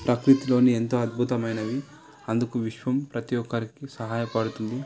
ప్రకృతిలోని ఎంత అద్భుతమైనవి అందుకు విశ్వం ప్రతీ ఒక్కరికీ సహాయపడుతుంది